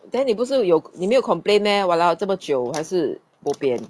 then 你不是有你没有 complain meh !walao! 这么久还是 bo pian